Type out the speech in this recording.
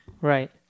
Right